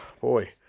boy